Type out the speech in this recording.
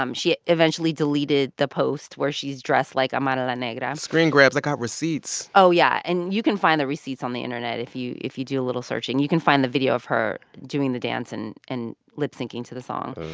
um she eventually deleted the posts where she's dressed like amara la negra um screen grabs i got receipts oh, yeah. and you can find the receipts on the internet if you if you do a little searching. you can find the video of her doing the dance and and lip-syncing to the song.